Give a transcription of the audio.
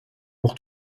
pour